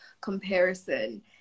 comparison